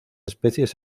especies